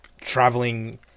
traveling